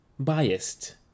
Biased